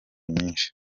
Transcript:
nyinshi